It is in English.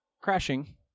crashing